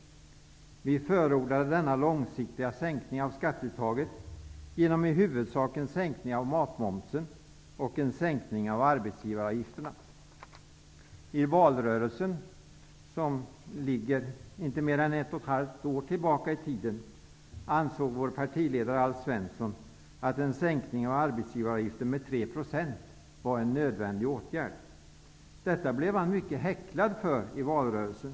Vi förordade denna långsiktiga sänkning av skatteuttaget genom i huvudsak en sänkning av matmomsen och arbetsgivaravgifterna. I valrörelsen, som ligger inte mer än 1,5 år tillbaka i tiden ansåg vår partiledare Alf Svensson att en sänkning av arbetsgivaravgiften med 3 % var en nödvändig åtgärd. Detta blev han mycket häcklad för i valrörelsen.